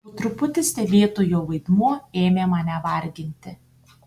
po truputį stebėtojo vaidmuo ėmė mane varginti